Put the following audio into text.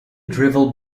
drivel